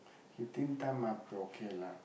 he thin time ah okay lah